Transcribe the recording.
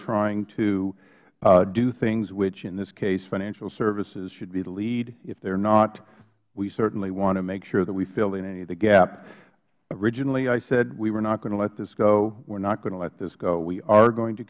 trying to do things which in this case financial services should be the lead if they are not we certainly want to make sure that we fill in any of the gap originally i said we were not going to let this go we are not going to let this go we are going to